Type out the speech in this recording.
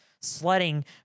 sledding